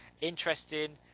Interesting